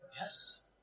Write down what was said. Yes